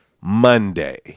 Monday